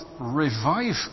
revive